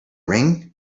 ring